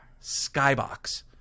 skybox